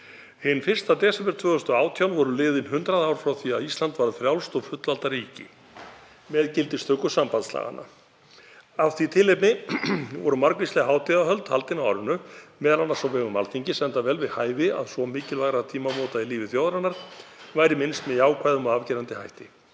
Hinn 1. desember 2018 voru liðin hundrað ár frá því að Ísland varð frjálst og fullvalda ríki með gildistöku sambandslaganna. Af því tilefni voru margvísleg hátíðahöld á árinu, m.a. á vegum Alþingis, enda vel við hæfi að svo mikilvægra tímamóta í lífi þjóðarinnar væri minnst með jákvæðum og afgerandi hætti.